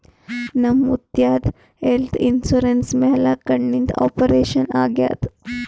ನಮ್ ಮುತ್ಯಾಂದ್ health insurance ಮ್ಯಾಲ ಕಣ್ಣಿಂದ್ ಆಪರೇಷನ್ ಆಗ್ಯಾದ್